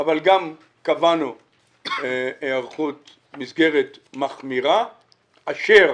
אבל גם קבענו מסגרת מחמירה אשר